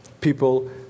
People